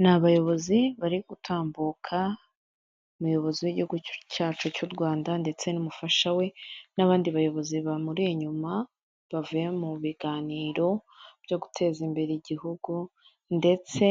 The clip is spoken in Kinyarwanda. Ni abayobozi bari gutambuka, umuyobozi w'igihugu cyacu cy'u Rwanda ndetse n'umufasha we, n'abandi bayobozi bamuri inyuma bavuye mu biganiro byo guteza imbere igihugu, ndetse